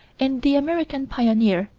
in the american pioneer,